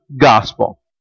gospel